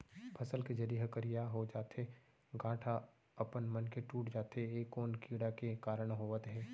फसल के जरी ह करिया हो जाथे, गांठ ह अपनमन के टूट जाथे ए कोन कीड़ा के कारण होवत हे?